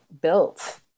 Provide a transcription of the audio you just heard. built